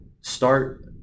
start